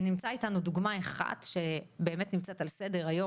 נמצא איתנו דוגמא אחת שבאמת נמצאת על סדר היום,